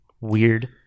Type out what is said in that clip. weird